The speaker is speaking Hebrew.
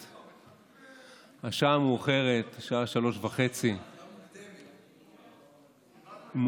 השעה מאוחרת, 3:30. השעה מוקדמת.